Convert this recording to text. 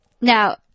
Now